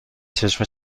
چشم